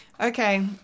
okay